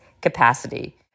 capacity